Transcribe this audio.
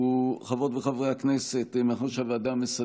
חברות וחברי הכנסת,